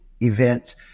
events